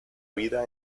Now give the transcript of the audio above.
vida